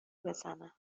بزنم